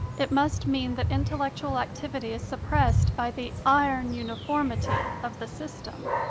it must mean that intellectual activity is suppressed by the iron uniformity of the system.